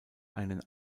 einen